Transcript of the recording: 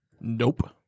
Nope